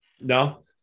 No